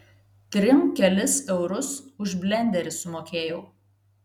trim kelis eurus už blenderį sumokėjau